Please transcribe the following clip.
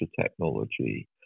technology